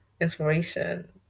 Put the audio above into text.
inspiration